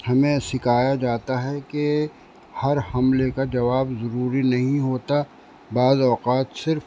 ہمیں سکھایا جاتا ہے کہ ہر حملے کا جواب ضروری نہیں ہوتا بعض اوقات صرف